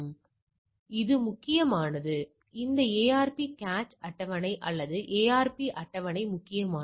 எனவே இது முக்கியமானது இந்த ARP கேச் அட்டவணை அல்லது ARP அட்டவணை முக்கியமானது